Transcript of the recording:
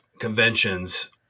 conventions